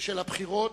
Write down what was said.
בשל הבחירות,